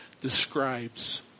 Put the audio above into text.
describes